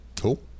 Cool